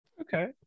okay